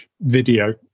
video